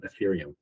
Ethereum